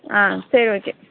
சரி ஓகே